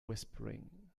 whispering